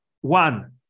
one